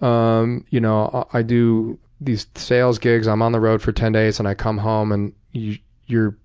um you know i do these sales gigs, i'm on the road for ten days, and i come home and your